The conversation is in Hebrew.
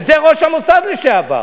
אם זה ראש המוסד לשעבר,